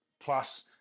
plus